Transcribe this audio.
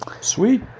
sweet